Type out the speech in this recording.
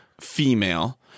female